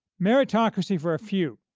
meritocracy for a few,